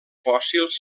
fòssils